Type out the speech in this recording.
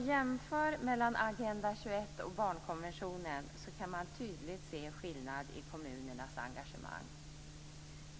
jämför Agenda 21 med barnkonventionen kan man tydligt se en skillnad i kommunernas engagemang.